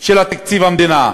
של תקציב המדינה,